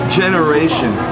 generation